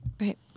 Right